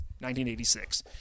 1986